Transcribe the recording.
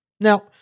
Now